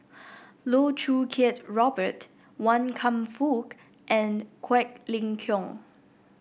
Loh Choo Kiat Robert Wan Kam Fook and Quek Ling Kiong